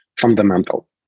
fundamental